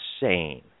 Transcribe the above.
insane